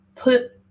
Put